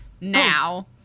now